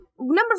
number